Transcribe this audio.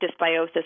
dysbiosis